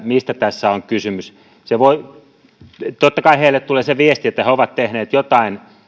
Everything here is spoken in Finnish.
mistä tässä on kysymys totta kai heille tulee se viesti että he ovat tehneet jotain